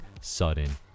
sudden